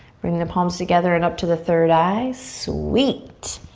bring the palms together and up to the third eye, sweet.